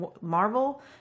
Marvel